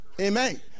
Amen